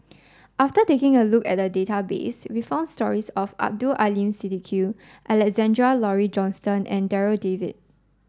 after taking a look at a database we found stories of Abdul Aleem Siddique Alexander Laurie Johnston and Darryl David